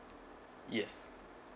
yes